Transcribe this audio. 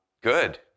Good